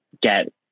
get